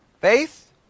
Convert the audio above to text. faith